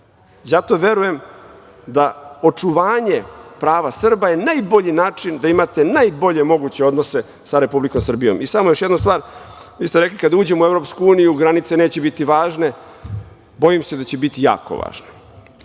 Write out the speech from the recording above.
Zato verujem da očuvanje prava Srba je najbolji način da imate najbolje moguće odnose sa Republikom Srbijom. Samo još jedna stvar. Vi ste rekli – kada uđemo u EU granice neće biti važne. Bojim se da će biti jako važne.